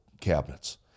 cabinets